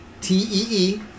T-E-E